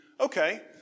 Okay